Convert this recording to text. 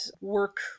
work